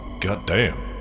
goddamn